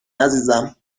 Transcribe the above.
عزیزم